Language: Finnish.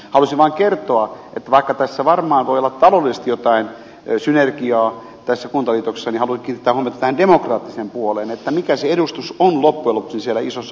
halusin vain kertoa että vaikka varmaan voi olla taloudellisesti jotain synergiaa tässä kuntaliitoksessa niin haluan kiinnittää huomiota tähän demokraattiseen puoleen mikä se edustus on loppujen lopuksi siellä isossa valtuustossa